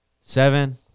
Seven